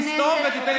אתה תומך טרור